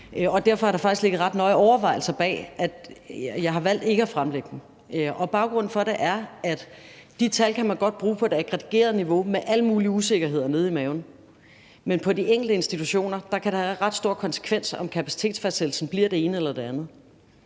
Derfor har der faktisk ligget ret nøje overvejelser bag, at jeg har valgt ikke at fremlægge dem. Baggrunden for det er, at de tal kan man godt bruge på et aggregeret niveau med alle mulige usikkerheder nede i maven, men på de enkelte institutioner kan det have ret store konsekvenser, om kapacitetsfastsættelsen bliver det ene eller det andet.